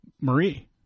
Marie